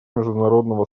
международного